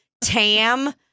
Tam